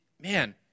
man